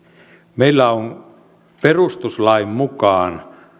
meillä on perustuslain mukaan